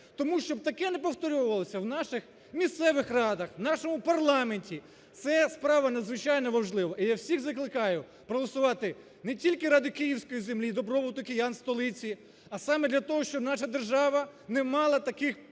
Тому щоб таке не повторювалося в наших місцевих радах, в нашому парламенті, ця справа надзвичайно важлива. І я всіх закликаю проголосувати не тільки ради київської землі, добробуту киян, столиці, а саме для того, щоб наша держава не мала